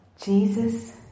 Jesus